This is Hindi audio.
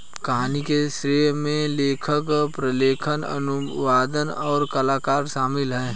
कहानी के श्रेय में लेखक, प्रलेखन, अनुवादक, और कलाकार शामिल हैं